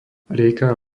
rieka